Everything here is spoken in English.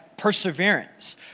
perseverance